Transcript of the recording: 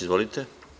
Izvolite.